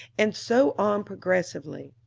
and so on progressively.